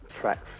tracks